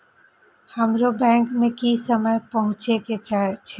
हमरो बैंक में की समय पहुँचे के छै?